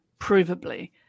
provably